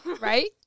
Right